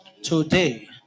today